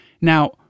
Now